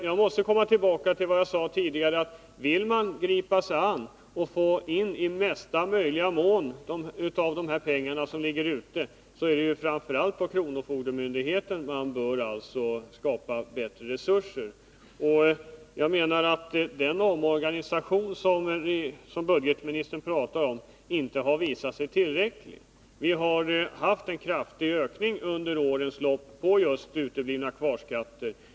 Jag måste komma tillbaka till vad jag tidigare sade: Vill man gripa sig an problemen och i största möjliga mån få in de pengar som ligger ute, är det framför allt på kronofogdemyndigheterna som man bör skapa bättre resurser. Den omorganisation som budgetministern talar om har inte visat sig tillräcklig. Vi har under årens lopp haft en kraftig ökning just när det gäller uteblivna kvarskatter.